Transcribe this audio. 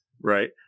Right